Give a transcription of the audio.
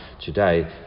today